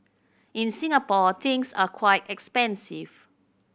in Singapore things are quite expensive